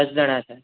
દસ જણા છે